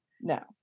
No